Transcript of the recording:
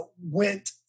Went